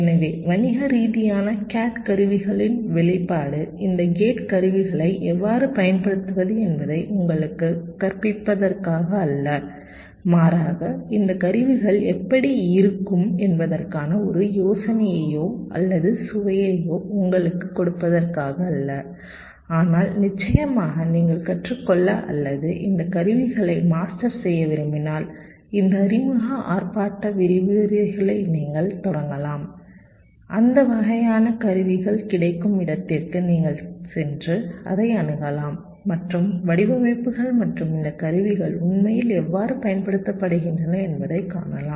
எனவே வணிக ரீதியான CAD கருவிகளின் வெளிப்பாடு இந்த கேட் கருவிகளை எவ்வாறு பயன்படுத்துவது என்பதை உங்களுக்குக் கற்பிப்பதற்காக அல்ல மாறாக இந்த கருவிகள் எப்படி இருக்கும் என்பதற்கான ஒரு யோசனையையோ அல்லது சுவையையோ உங்களுக்குக் கொடுப்பதற்காக அல்ல ஆனால் நிச்சயமாக நீங்கள் கற்றுக்கொள்ள அல்லது இந்த கருவிகளை மாஸ்டர் செய்ய விரும்பினால் இந்த அறிமுக ஆர்ப்பாட்ட விரிவுரைகளை நீங்கள் தொடங்கலாம் இந்த வகையான கருவிகள் கிடைக்கும் இடத்திற்கு நீங்கள் சென்று அதை அணுகலாம் மற்றும் வடிவமைப்புகள் மற்றும் இந்த கருவிகள் உண்மையில் எவ்வாறு பயன்படுத்தப்படுகின்றன என்பதைக் காணலாம்